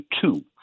two